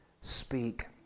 speak